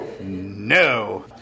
No